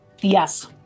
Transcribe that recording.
Yes